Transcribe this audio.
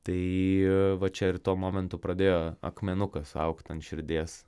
tai va čia ir tuo momentu pradėjo akmenukas augt ant širdies